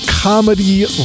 comedy